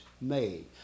made